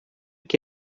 que